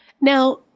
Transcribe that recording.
Now